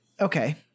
Okay